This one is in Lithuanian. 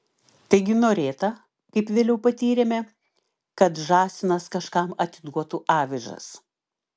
taigi norėta kaip vėliau patyrėme kad žąsinas kažkam atiduotų avižas